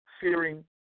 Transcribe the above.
fearing